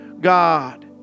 God